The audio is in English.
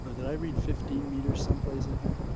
but did i read fifteen meters someplace in here?